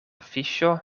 fiŝo